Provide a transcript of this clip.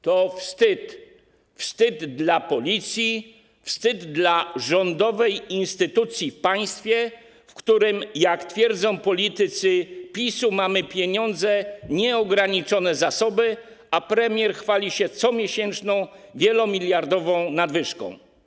To wstyd, wstyd dla Policji, wstyd dla rządowej instytucji w państwie, w którym - jak twierdzą politycy PiS - mamy pieniądze, nieograniczone zasoby, a premier chwali się comiesięczną wielomiliardową nadwyżką.